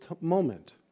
moment